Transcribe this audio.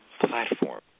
platform